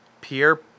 Pierre